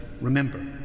Remember